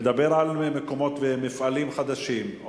לדבר על מקומות ומפעלים חדשים,